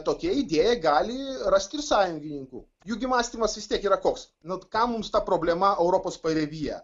tokia idėja gali rast ir sąjungininkų juk jų mąstymas vis tiek yra koks nu kam mums ta problema europos paribyje